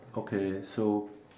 okay so